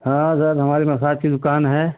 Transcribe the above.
हाँ भैया हमारी मसाज की दुकान है